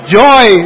joy